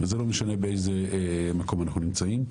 וזה לא משנה באיזה מקום אנחנו נמצאים.